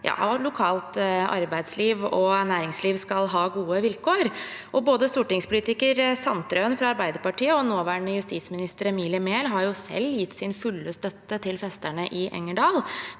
at lokalt arbeidsliv og næringsliv skal ha gode vilkår. Både stortingspolitiker Nils Kristen Sandtrøen fra Arbeiderpartiet og nåværende justisminister, Emilie Mehl, har gitt sin fulle støtte til festerne i Engerdal.